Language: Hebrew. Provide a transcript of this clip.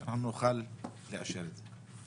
כדי שנוכל לאשר את זה.